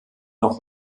noch